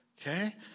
okay